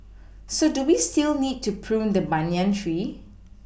so do we still need to prune the banyan tree